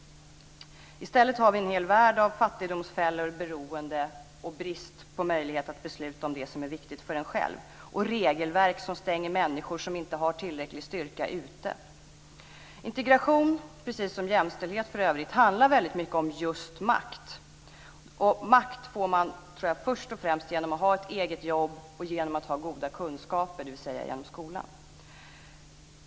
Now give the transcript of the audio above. I stället har vi en hel värld av fattigdomsfällor, beroende, brist på möjlighet att besluta om det som är viktigt för en själv, regelverk som stänger människor utan tillräcklig styrka ute. Integration - precis som jämställdhet - handlar mycket om just makt. Makt får man först och främst genom att ha ett eget jobb och genom att ha goda kunskaper, dvs. genom skolan.